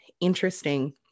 interesting